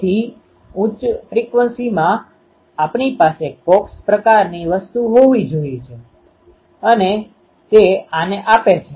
તેથી ઉચ્ચ ફ્રિકવન્સીમાં આપણી પાસે કોક્સ પ્રકારની વસ્તુ હોવી જરૂરી છે અને તે આને આપે છે